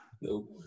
Nope